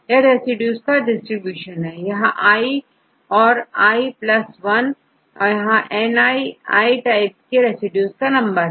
यह रेसिड्यूज का डिस्ट्रीब्यूशन है यहां i औरi1 यहांNi i टाइप के रेसिड्यू का नंबर है